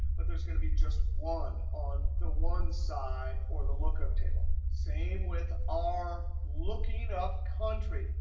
but there's going to be just one on the one side or the lookup table. same with our looking up country.